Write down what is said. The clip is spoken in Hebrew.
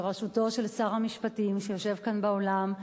בראשותו של שר המשפטים שיושב כאן באולם,